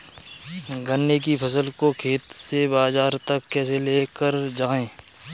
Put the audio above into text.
गन्ने की फसल को खेत से बाजार तक कैसे लेकर जाएँ?